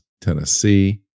Tennessee